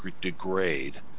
degrade